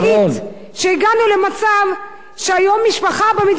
שהגענו למצב שהיום משפחה במדינת ישראל,